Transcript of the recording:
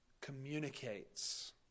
communicates